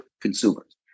consumers